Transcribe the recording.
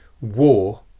war